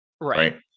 Right